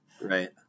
Right